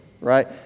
right